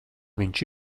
viņš